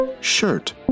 shirt